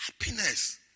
Happiness